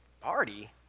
Party